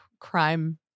crime